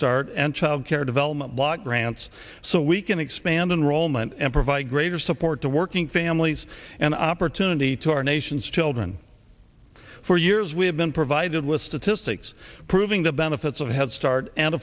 start and childcare development block grants so we can expand enrollment and provide greater support to working families and opportunity to our nation's children four years we have been provided with statistics proving the benefits of head start and